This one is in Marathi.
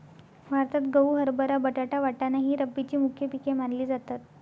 भारतात गहू, हरभरा, बटाटा, वाटाणा ही रब्बीची मुख्य पिके मानली जातात